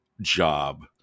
job